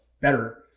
better